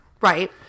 Right